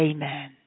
Amen